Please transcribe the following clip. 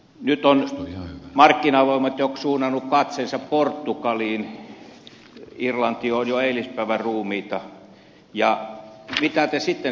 nyt ovat markkinavoimat jo suunnanneet katseensa portugaliin irlanti on jo eilispäivän ruumiita ja mitä te sitten sanotte